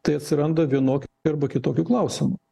tai atsiranda vienokių arba kitokių klausimų